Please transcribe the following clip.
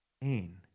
pain